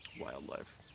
Wildlife